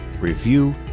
review